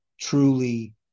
truly